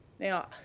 Now